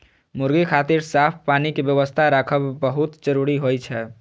मुर्गी खातिर साफ पानी के व्यवस्था राखब बहुत जरूरी होइ छै